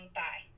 bye